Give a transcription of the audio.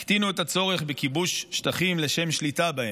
הקטינו את הצורך בכיבוש שטחים לשם שליטה בהם.